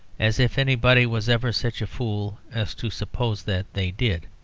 as if anybody was ever such a fool as to suppose that they did.